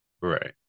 Right